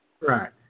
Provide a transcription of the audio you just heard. Right